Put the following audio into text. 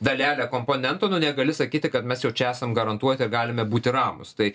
dalelę komponento nu negali sakyti kad mes jau čia esam garantuoti galime būti ramūs tai